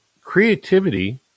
creativity